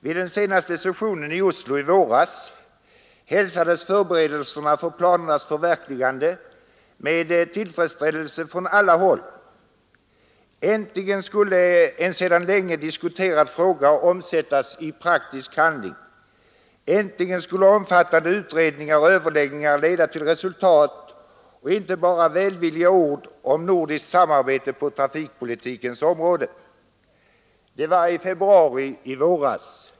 Vid den senaste sessionen, i Oslo i våras, hälsades förberedelserna för planernas förverkligande med tillfredsställelse från alla håll. Äntligen skulle en sedan länge diskuterad fråga omsättas i praktisk handling, äntligen skulle omfattande utredningar och överläggningar leda till resultat och inte vara bara välvilliga ord om nordiskt samarbete på trafikpolitikens område. Det var i februari i år.